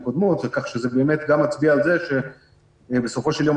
הקודמות כך שזה מצביע על זה שבסופו של יום,